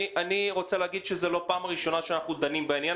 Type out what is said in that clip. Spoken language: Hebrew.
אני רוצה להגיד שזו לא הפעם הראשונה שאנחנו דנים בעניין